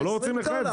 אנחנו לא רוצים לחייב.